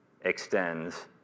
extends